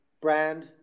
brand